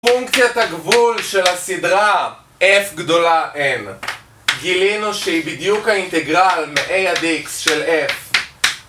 פונקציית הגבול של הסדרה, F גדולה n, גילינו שהיא בדיוק האינטגרל מ-a עד x של F.